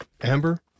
Amber